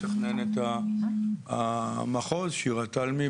מתכננת המחוז שירה תלמי,